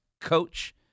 coach